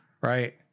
right